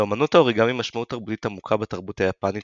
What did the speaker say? לאמנות האוריגמי משמעות תרבותית עמוקה בתרבות היפנית